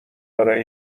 برای